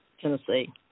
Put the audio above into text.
tennessee